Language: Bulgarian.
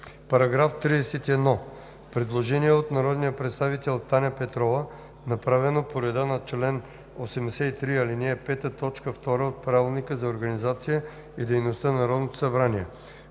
По § 31 има предложение от народния представител Таня Петрова, направено по реда на чл. 83, ал. 5, т. 2 от Правилника за организацията и дейността на Народното събрание.